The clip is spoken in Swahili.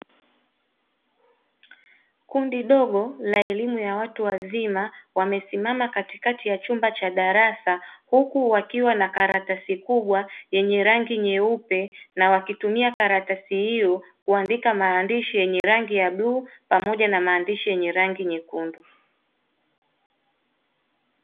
Kundi ndogo la elimu ya watu wazima wamesimama katikati ya chumba cha darasa huku wakiwa na karatasi kubwa yenye rangi nyeupe na wakitumia karatasi hiyo kuandika maandishi yenye rangi ya bluu pamoja na maandishi yenye rangi nyekundu.